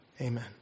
Amen